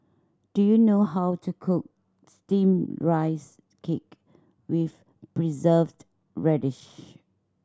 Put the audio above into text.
do you know how to cook Steamed Rice Cake with Preserved Radish